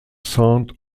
saint